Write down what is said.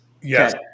Yes